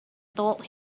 told